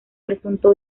presunto